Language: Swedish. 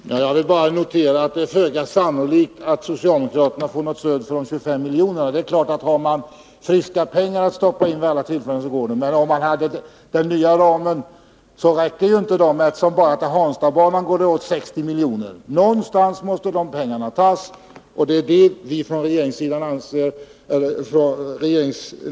Herr talman! Jag vill bara notera att det är föga sannolikt att socialdemokraterna får något stöd för förslaget om en ökning med 25 milj.kr. Finns det friska pengar att stoppa in skulle naturligtvis förslaget kunna bifallas, men inom de nuvarande ramarna är det inte möjligt. Bara till Hanstabanan går det åt 60 milj.kr. Dessa pengar måste tas någonstans ifrån.